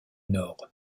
nord